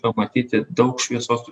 pamatyti daug šviesos